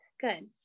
Good